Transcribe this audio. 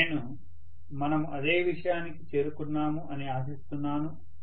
నేను మనము అదే విషయానికి చేరుకున్నాము అని ఆశిస్తున్నాను